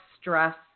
stress